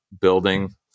building